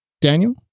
Daniel